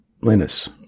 Linus